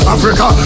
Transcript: Africa